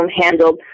handled